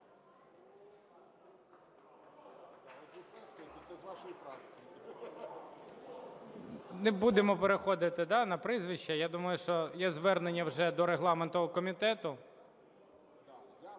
Не будемо переходити на прізвища. Я думаю, що є звернення вже до регламентного комітету.